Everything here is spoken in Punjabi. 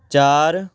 ਚਾਰ